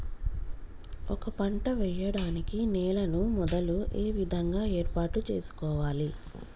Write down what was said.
ఒక పంట వెయ్యడానికి నేలను మొదలు ఏ విధంగా ఏర్పాటు చేసుకోవాలి?